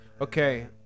okay